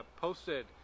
posted